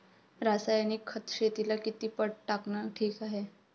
रासायनिक खत शेतीले किती पट टाकनं ठीक हाये?